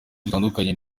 dutandukanye